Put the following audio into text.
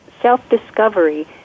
self-discovery